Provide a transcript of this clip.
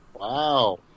Wow